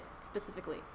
specifically